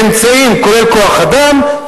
אמצעים כולל כוח-אדם,